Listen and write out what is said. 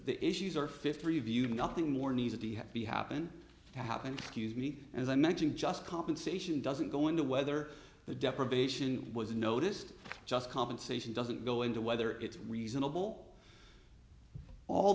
the issues are fifty reviewed nothing more needs to be happy happen to happen to me as i mentioned just compensation doesn't go into whether the deprivation was noticed just compensation doesn't go into whether it's reasonable all